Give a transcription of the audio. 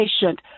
patient